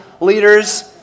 leaders